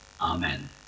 Amen